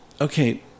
okay